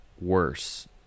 worse